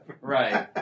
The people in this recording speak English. Right